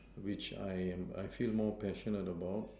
which I am I feel more passionate about